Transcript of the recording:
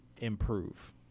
improve